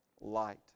light